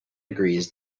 agrees